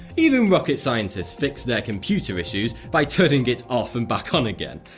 even rocket scientists fix their computer issues by turning it off and back on again.